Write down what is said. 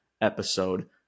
episode